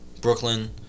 Brooklyn